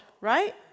right